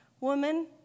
Woman